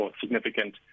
significant